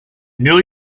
new